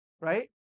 right